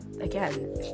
Again